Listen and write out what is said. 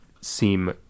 seem